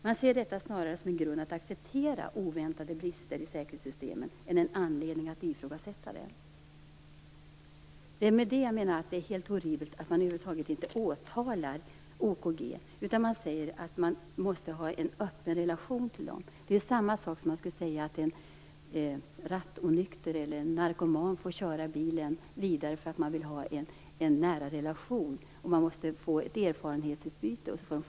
Man ser snarare detta som en grund att acceptera att det finns oväntade brister i säkerhetssystemen än en anledning att ifrågasätta det. Därför menar jag att det är helt horribelt att man inte åtalar OKG utan säger att man måste ha en öppen relation till OKG. Det är som om man skulle säga att en rattonykter eller narkoman får köra bilen vidare därför att man vill ha en nära relation till honom eller henne och åstadkomma ett erfarenhetsutbyte.